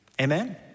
amen